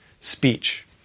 speech